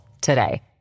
today